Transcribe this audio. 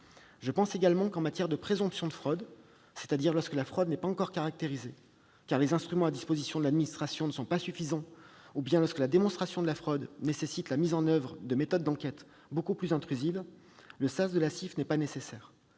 Je pense également que, en matière de présomption de fraude, c'est-à-dire lorsque la fraude n'est pas encore caractérisée, les instruments à disposition de l'administration n'étant pas suffisants, ou lorsque la démonstration de la fraude nécessite la mise en oeuvre de méthodes d'enquête beaucoup plus intrusives, le sas de la CIF n'est pas nécessaire.